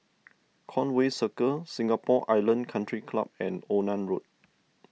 Conway Circle Singapore Island Country Club and Onan Road